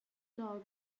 dog